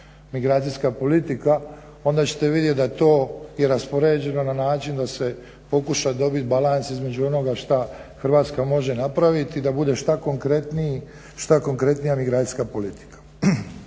migracijska politika, onda ćete vidjeti da to je raspoređeno na način da se pokuša dobiti balans između onoga što Hrvatska može napraviti i da bude što konkretnija migracijska politika.